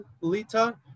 Lita